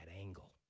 angle